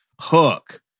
hook